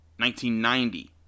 1990